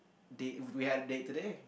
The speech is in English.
date we've a date today